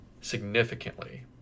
significantly